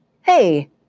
Hey